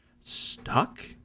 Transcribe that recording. stuck